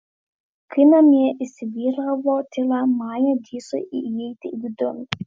kai namie įsivyravo tyla maja drįso įeiti vidun